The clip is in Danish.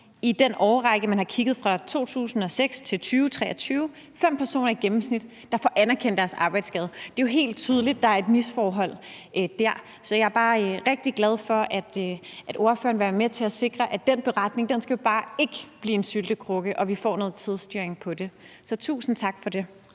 i den årrække, man har kigget på – fra 2006 til 2023 – faktisk kun er fem personer i gennemsnit, der har fået anerkendt deres arbejdsskade. Det er jo helt tydeligt, at der er et misforhold dér. Så jeg er bare rigtig glad for, at ordføreren vil være med til at sikre, at den beretning bare ikke skal blive en syltekrukke, og at vi får noget tidsstyring på det. Så tusind tak for det.